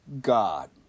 God